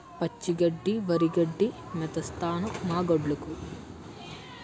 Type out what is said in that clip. పచ్చి గడ్డి వరిగడ్డి మేతేస్తన్నం మాగొడ్డ్లుకి